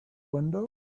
window